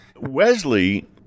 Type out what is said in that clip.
Wesley